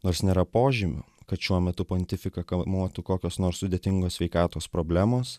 nors nėra požymių kad šiuo metu pontifiką kamuotų kokios nors sudėtingos sveikatos problemos